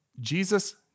Jesus